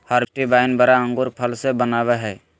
हर्बेस्टि wine बड़ा अंगूर फल से बनयय हइ